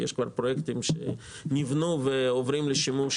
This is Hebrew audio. יש כבר פרויקטים שנבנו ועוברים לשימוש.